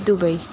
Dubai